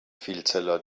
vielzeller